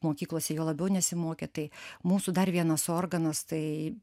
mokyklose juo labiau nesimokė tai mūsų dar vienas organas tai